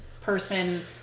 person